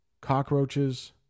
cockroaches